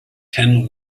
ten